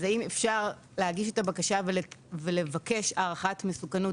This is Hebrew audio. אז האם אפשר להגיש את הבקשה ולבקש הערכת מסוכנות